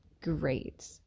great